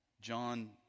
John